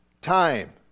time